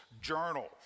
journal